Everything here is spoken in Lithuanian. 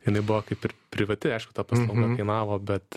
jinai buvo kaip ir privati aišku ta paslauga kainavo bet